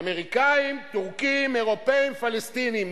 אמריקנים, טורקים, אירופים, פלסטינים.